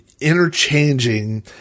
interchanging